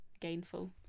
gainful